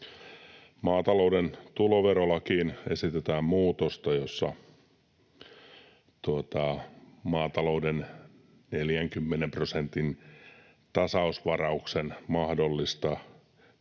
Maatalouden tuloverolakiin esitetään muutosta, jossa maatalouden 40 prosentin tasausvarauksen mahdollista